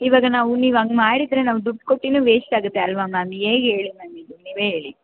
ಇವಾಗ ನಾವು ನೀವು ಹಂಗ್ ಮಾಡಿದರೆ ನಾವು ದುಡ್ಡು ಕೊಟ್ಟುನು ವೇಸ್ಟ್ ಆಗುತ್ತೆ ಅಲ್ಲವಾ ಮ್ಯಾಮ್ ಹೇಗೆ ಹೇಳಿ ಮ್ಯಾಮ್ ಇದು ನೀವೇ ಹೇಳಿ